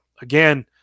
Again